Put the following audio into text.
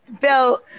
bill